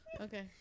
Okay